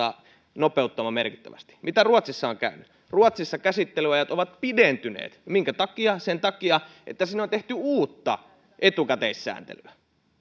nopeuttamaan merkittävästi miten ruotsissa on käynyt ruotsissa käsittelyajat ovat pidentyneet minkä takia sen takia että sinne on tehty uutta etukäteissääntelyä